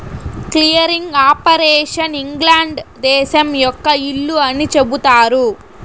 clearing operation England దేశం యొక్క ఇల్లు అని చెబుతారు